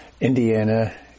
Indiana